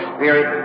Spirit